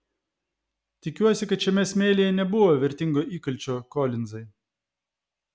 tikiuosi kad šiame smėlyje nebuvo vertingo įkalčio kolinzai